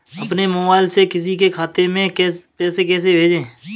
अपने मोबाइल से किसी के खाते में पैसे कैसे भेजें?